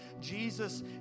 Jesus